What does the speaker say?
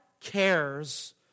cares